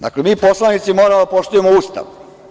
Dakle, mi poslanici moramo da poštujemo Ustav.